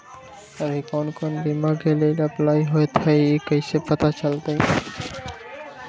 अभी कौन कौन बीमा के लेल अपलाइ होईत हई ई कईसे पता चलतई?